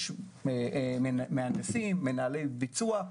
יש מהנדסים, מנהלי ביצוע,